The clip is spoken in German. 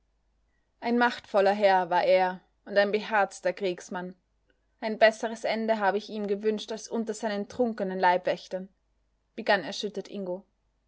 ein machtvoller herr war er und ein beherzter kriegsmann ein besseres ende habe ich ihm gewünscht als unter seinen trunkenen leibwächtern begann erschüttert ingo